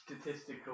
statistical